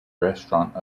restaurant